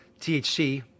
thc